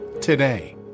today